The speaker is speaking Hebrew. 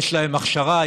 יש להם הכשרה,